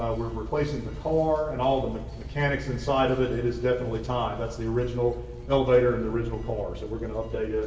we're replacing the car and all the mechanics inside of it. it is definitely time. that's the original elevator and the original cars that we're going to update you.